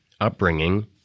upbringing